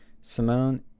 Simone